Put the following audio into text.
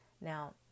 Now